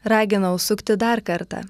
ragina užsukti dar kartą